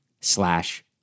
slash